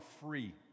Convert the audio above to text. free